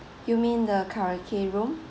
you mean the karaoke room